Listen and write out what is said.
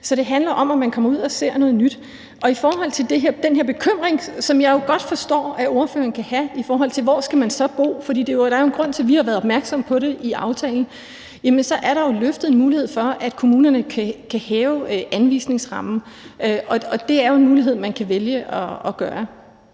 Så det handler om, at man kommer ud og ser noget nyt. Og i forhold til den her bekymring, som jeg jo godt forstår ordføreren kan have, i forhold til hvor man så skal bo – for der er jo en grund til, at vi har været opmærksomme på det i aftalen – så er der jo skabt en mulighed for, at kommunerne kan hæve anvisningsrammen. Og det er jo en mulighed, man kan vælge at bruge.